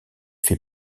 fait